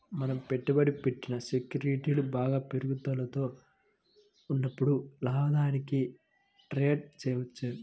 మనం పెట్టుబడి పెట్టిన సెక్యూరిటీలు బాగా పెరుగుదలలో ఉన్నప్పుడు లాభానికి ట్రేడ్ చేయవచ్చు